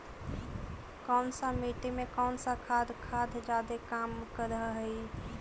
कौन सा मिट्टी मे कौन सा खाद खाद जादे काम कर हाइय?